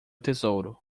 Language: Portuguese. tesouro